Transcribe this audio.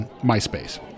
MySpace